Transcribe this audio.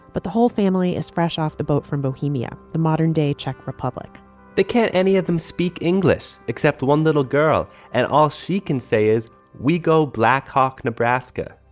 but the whole family is fresh off the boat from bohemia. the modern day czech republic can any of them speak english except one little girl? and all she can say is we go black hawk, nebraska.